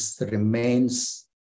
remains